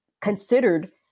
considered